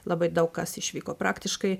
labai daug kas išvyko praktiškai